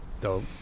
Dope